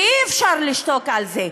ואי-אפשר לשתוק על זה.